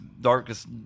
darkest